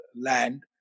land